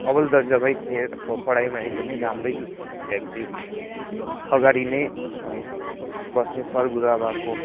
अब्बल दर्जामै थिएँ पढ़ाईमा एकदमै राम्रै व्यक्ति अगाडि नै हामी बस्ने सर गुरुआमाको